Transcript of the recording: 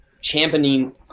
Championing